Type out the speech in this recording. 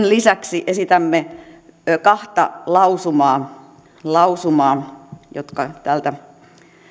lisäksi esitämme kahta lausumaa lausumaa jotka täältä